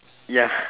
ya